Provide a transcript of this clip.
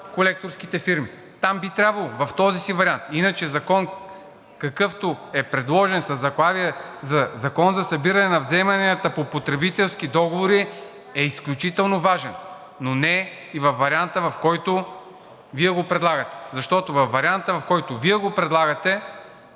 колекторските фирми. Там би трябвало в този му вариант. Иначе закон, какъвто е предложен със заглавие „Закон за събиране на вземания по потребителски договори“, е изключително важен, но не и във варианта, в който го предлагате. Защото във варианта, в който го предлагате,